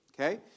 Okay